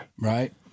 right